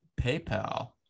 PayPal